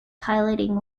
piloting